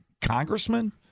congressman